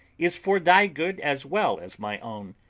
is for thy good as well as my own.